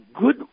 good